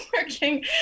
working